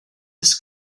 his